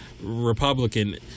Republican